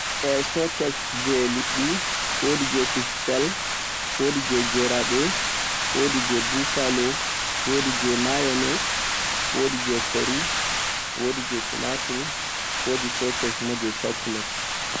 wodi souces je ledde, wodi je kusel, wodi je gerade, wodi je bufalo, wodi je mayones, wodi je kori, wodi je tumatur, wodi souces kuma je chocolate